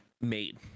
made